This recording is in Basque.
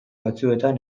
batzuetan